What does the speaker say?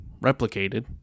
replicated